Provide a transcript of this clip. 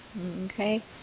Okay